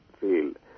field